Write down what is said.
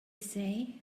say